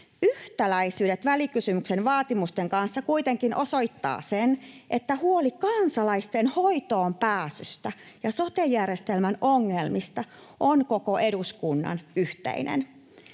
Yhtäläisyydet välikysymyksen vaatimusten kanssa kuitenkin osoittavat sen, että huoli kansalaisten hoitoonpääsystä ja sote-järjestelmän ongelmista on koko eduskunnan yhteinen.